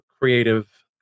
creative